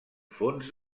fons